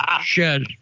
shed